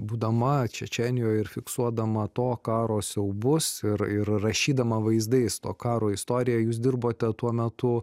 būdama čečėnijoj ir fiksuodama to karo siaubus ir ir rašydama vaizdais to karo istoriją jūs dirbote tuo metu